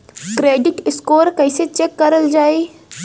Credit score कइसे check करल जायी?